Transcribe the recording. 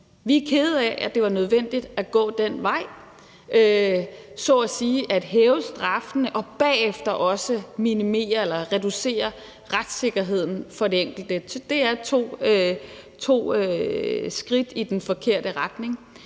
Vi er kede af, at det var nødvendigt at gå den vej, så at sige at hæve straffene og bagefter også minimere eller reducere retssikkerheden for den enkelte. Så det er to skridt i den forkerte retning.